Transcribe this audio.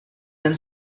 ten